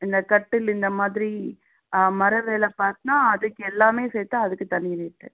இந்த கட்டில் இந்த மாதிரி மர வேலை பார்த்தேன்னா அதுக்கு எல்லாமே சேர்த்து அதுக்கு தனி ரேட்டு